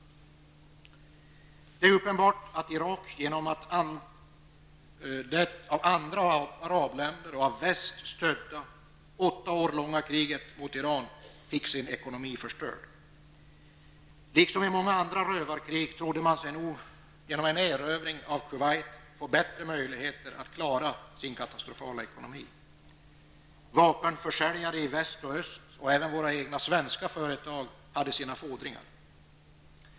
Det är uppenbart att Irak genom det av andra arabländer och av väst stödda, åtta år långa kriget mot Iran fick sin ekonomi förstörd. Liksom i många andra rövarkrig trodde man sig nog genom en erövrig av Kuwait få bättre möjligheter att klara sin katastrofala ekonomi. Vapenförsäljare i väst och öst, och även våra svenska företag, hade sina fordringar.